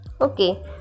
okay